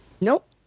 Nope